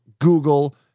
Google